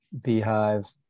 beehive